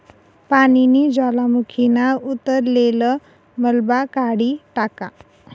पानीनी ज्वालामुखीना उतरलेल मलबा काढी टाका